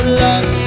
love